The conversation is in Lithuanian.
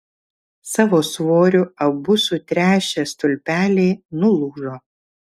savo svoriu abu sutręšę stulpeliai nulūžo